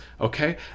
Okay